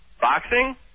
Boxing